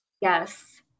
Yes